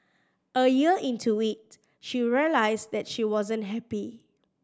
a year into it she realised that she wasn't happy